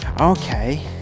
okay